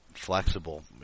flexible